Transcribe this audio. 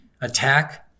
attack